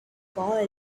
boy